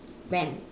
when